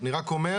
אני רק אומר,